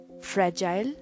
fragile